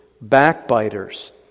backbiters